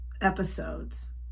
episodes